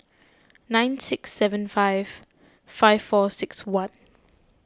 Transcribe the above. nine six seven five five four six one